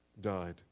died